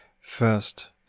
first